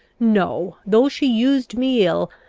no though she used me ill,